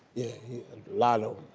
a lot em.